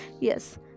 Yes